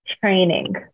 training